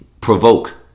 provoke